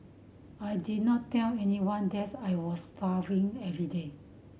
I did not tell anyone that I was starving every day